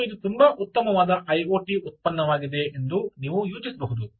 ಮತ್ತು ಇದು ತುಂಬಾ ಉತ್ತಮವಾದ ಐಒಟಿ ಉತ್ಪನ್ನವಾಗಿದೆ ಎಂದು ನೀವು ಯೋಚಿಸಬಹುದು